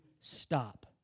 stop